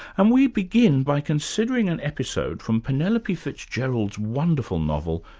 and we begin by considering an episode from penelope fitzgerald's wonderful novel,